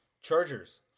Chargers